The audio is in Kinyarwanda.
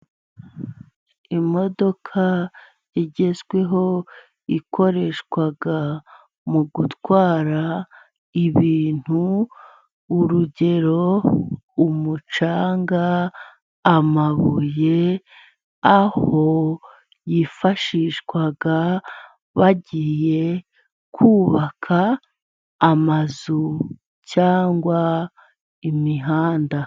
Imodoka igezweho ikoreshwa mu gutwara ibintu, urugero; umucanga, amabuye, aho yifashishwa bagiye kubaka amazu cyangwa imihanda.